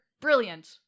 Brilliant